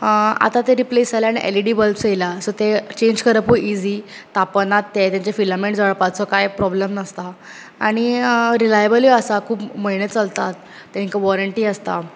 आतां ते रिप्लेस जाल्यात आनी एलइडी बल्बज येयला सो ते चेन्ज करपुय इजी तापनात ते तेंचे फिलामेंट जळपाचो कांय प्रोब्लम नासता आनी रिलाएबलुय आसा खूब म्हयने चलतात तेंकां वॉरन्टी आसता